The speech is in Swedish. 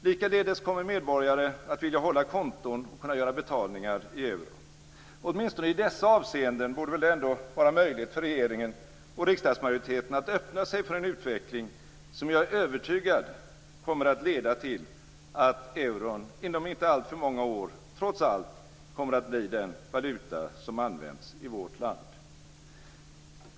Likaledes kommer medborgare att vilja hålla konton och kunna göra betalningar i euro. Åtminstone i dessa avseenden borde det väl ändå vara möjligt för regeringen och riksdagsmajoriteten att öppna sig för en utveckling som jag är övertygad om kommer att leda till att euron inom inte alltför många år trots allt kommer att bli den valuta som används i vårt land.